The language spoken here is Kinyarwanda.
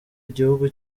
igihugu